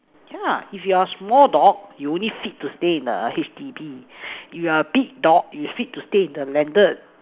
yeah if you're a small dog you only fit to stay in a H D B if you're a big dog you're fit to stay in the landed